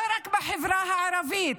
לא רק בחברה הערבית,